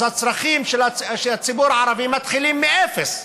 אז הצרכים של הציבור הערבי מתחילים מאפס,